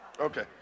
Okay